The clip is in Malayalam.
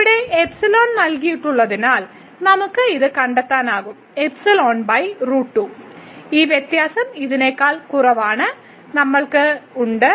ഇവിടെ നൽകിയിട്ടുള്ളതിനാൽ നമുക്ക് ഇത് കണ്ടെത്താനാകും ഈ വ്യത്യാസം ഇതിനേക്കാൾ കുറവാണെന്ന് നമ്മൾക്ക് ഉണ്ട്